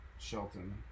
Shelton